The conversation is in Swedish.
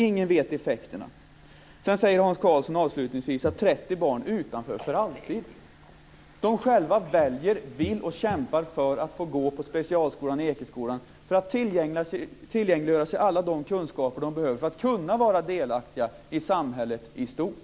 Ingen vet effekterna. Avslutningsvis talar Hans Karlsson om 30 barn för alltid utanför men de själva väljer, vill och kämpar för att få gå på specialskolan Ekeskolan för att tillgodogöra sig alla kunskaper som de behöver för att kunna vara delaktiga i samhället i stort.